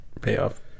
Payoff